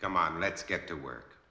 come on let's get to work